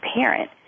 parent